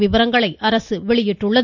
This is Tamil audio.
விவரங்களை அரசு வெளியிட்டுள்ளது